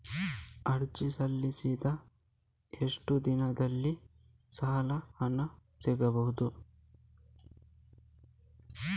ಅರ್ಜಿ ಸಲ್ಲಿಸಿದ ಎಷ್ಟು ದಿನದಲ್ಲಿ ಸಾಲದ ಹಣ ಸಿಗಬಹುದು?